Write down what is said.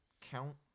count